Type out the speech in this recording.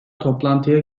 toplantıya